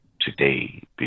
today